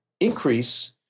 increase